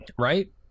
Right